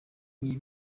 iyi